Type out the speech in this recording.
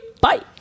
Bye